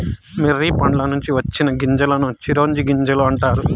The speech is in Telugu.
మొర్రి పండ్ల నుంచి వచ్చిన గింజలను చిరోంజి గింజలు అంటారు